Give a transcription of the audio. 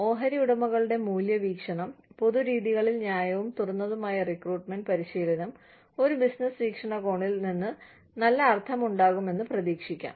ഓഹരി ഉടമകളുടെ മൂല്യ വീക്ഷണം പൊതു രീതികളിൽ ന്യായവും തുറന്നതുമായ റിക്രൂട്ട്മെന്റ് പരിശീലനം ഒരു ബിസിനസ്സ് വീക്ഷണകോണിൽ നിന്ന് നല്ല അർത്ഥമുണ്ടാക്കുമെന്ന് പ്രതീക്ഷിക്കാം